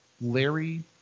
Larry